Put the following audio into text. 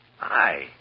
Aye